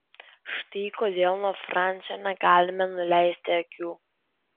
štai kodėl nuo fransio negalime nuleisti akių